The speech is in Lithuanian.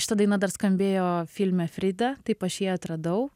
šita daina dar skambėjo filme frida taip aš jį atradau